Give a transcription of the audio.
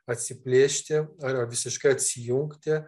atsiplėšti ar visiškai atsijungti